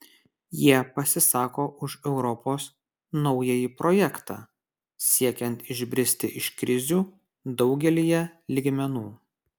jie pasisako už europos naująjį projektą siekiant išbristi iš krizių daugelyje lygmenų